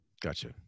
Gotcha